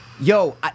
yo